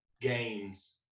games